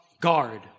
guard